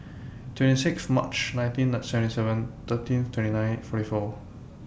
twenty six March nineteen seventy seven thirteen twenty nine forty four